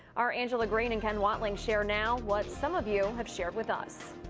our angela green and ken watling share now, what some of you have shared with us.